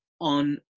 on